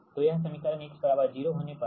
तो यह समीकरण x 0 होने पर है